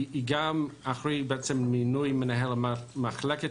היא גם אחראית למינוי מנהל מחלקת